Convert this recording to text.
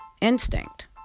instinct